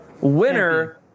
winner